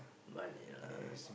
money lah